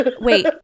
wait